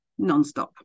nonstop